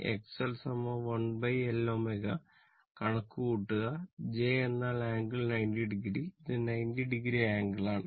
XL 1l ω കണക്കുകൂട്ടുക j എന്നാൽ angle 90 o ഇത് 90 o ആംഗിൾ ആണ്